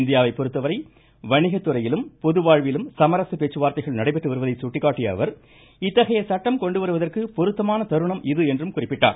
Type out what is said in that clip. இந்தியாவைப் பொறுத்தவரை வணிகத்துறையிலும் பொது வாழ்விலும் சமரச பேச்சு வார்த்தைகள் நடைபெற்றுவருவதை சுட்டிக்காட்டிய அவர் இத்தகைய சட்டம் கொண்டுவருவதற்கு பொருத்தமான தருணம் இது என்றும் குறிப்பிட்டார்